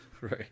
right